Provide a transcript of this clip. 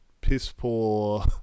piss-poor